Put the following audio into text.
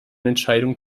entscheidung